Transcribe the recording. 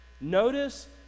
Notice